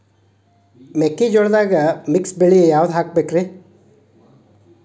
ಮೆಕ್ಕಿಜೋಳದಾಗಾ ಮಿಕ್ಸ್ ಯಾವ ಬೆಳಿ ಹಾಕಬೇಕ್ರಿ?